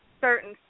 certain